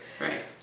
Right